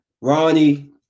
Ronnie